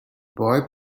boy